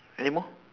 anymore